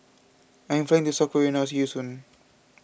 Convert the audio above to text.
I'm flying to South Korea now see you soon